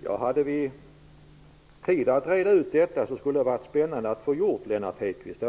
Herr talman! Hade vi haft tid att reda ut detta, hade det varit spännande, Lennart Hedquist.